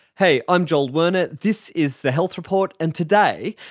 hey, i'm joel werner, this is the health report, and today,